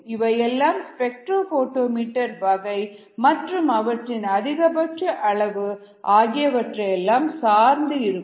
இவையெல்லாம் spectrophotometer வகை மற்றும் அவற்றின் அதிகபட்ச அளவு ஆகியவற்றையெல்லாம் சார்ந்து இருக்கும்